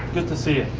good to see